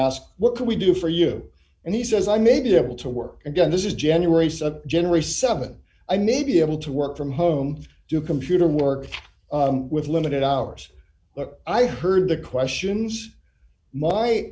ask what can we do for you and he says i may be able to work again this is january sub generous seven i may be able to work from home do computer work with limited hours i heard the questions